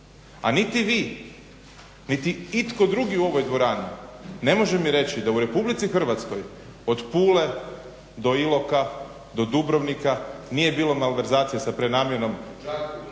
A niti vi niti itko drugi u ovoj dvorani ne može mi reći da u RH od Pule do Iloka do Dubrovnika nije bilo malverzacije sa prenamjenom,